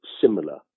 similar